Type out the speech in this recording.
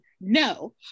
No